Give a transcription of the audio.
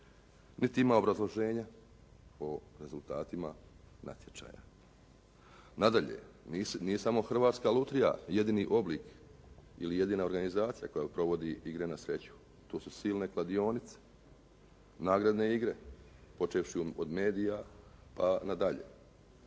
niti ima obrazloženja o rezultatima natječaja. Nadalje, nije samo Hrvatska lutrija jedini oblik ili jedina organizacija koja provodi igre na sreću. Tu su silne kladionice, nagradne igre počevši od medija pa nadalje,